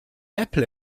apple